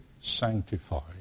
sanctified